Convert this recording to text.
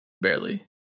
barely